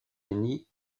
unis